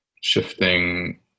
shifting